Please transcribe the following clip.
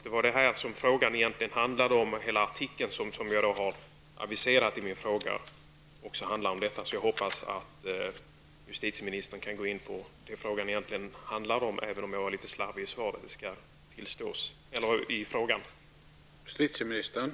Det var detta som frågan egentligen handlade om, liksom hela den artikel som jag nämnde i min fråga. Jag hoppas att justitieministern kan gå in på det frågan egentligen handlade om, även om jag var litet slarvig vid formuleringen av frågan, det skall tillstås.